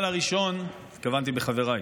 התכוונתי בחבריי.